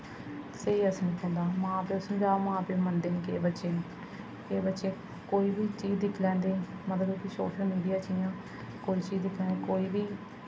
स्हेई असर निं पौंदा मां प्यो समझान मां प्यो गी मन्नदे निं केईं बच्चे केईं बच्चे कोई बी चीज़ दिक्खी लैंदे मतलब कि सोशल मीडिया च इ'यां कोई चीज़ दिखदे कोई बी